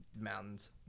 Mountains